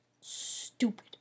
stupid